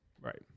Right